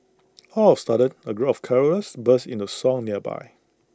all of A sudden A group of carollers burst into song nearby